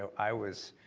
so i was